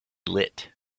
lit